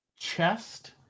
chest